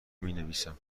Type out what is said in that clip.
مینویسم